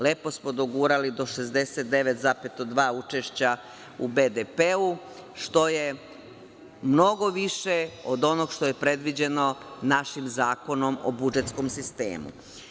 Lepo smo dogurali do 69,2 učešća u BDP, što je mnogo više od onog što je predviđeno našim Zakonom o budžetskom sistemu.